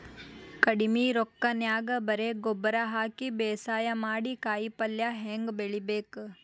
ಕಡಿಮಿ ರೊಕ್ಕನ್ಯಾಗ ಬರೇ ಗೊಬ್ಬರ ಹಾಕಿ ಬೇಸಾಯ ಮಾಡಿ, ಕಾಯಿಪಲ್ಯ ಹ್ಯಾಂಗ್ ಬೆಳಿಬೇಕ್?